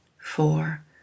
four